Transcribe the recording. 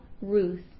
Ruth